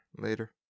later